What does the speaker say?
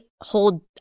hold